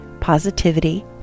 positivity